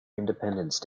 independence